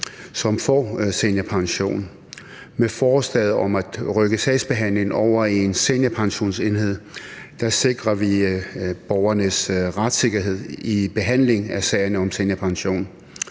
som får seniorpension. Med forslaget om at rykke sagsbehandlingen over i Seniorpensionsenheden sikrer vi borgernes retssikkerhed ved behandlingen af sager om seniorpension,